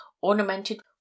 ornamented